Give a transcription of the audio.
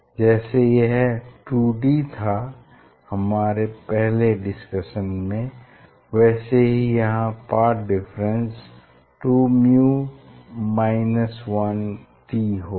जैसे यह 2d था हमारे पहले डिस्कशन में वैसे ही यहाँ पाथ डिफरेंस 2µ 1t होगा